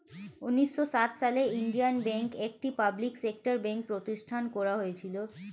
উন্নিশো সাত সালে ইন্ডিয়ান ব্যাঙ্ক, একটি পাবলিক সেক্টর ব্যাঙ্ক প্রতিষ্ঠান করা হয়েছিল